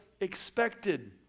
expected